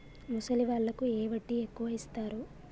ముసలి వాళ్ళకు ఏ వడ్డీ ఎక్కువ ఇస్తారు?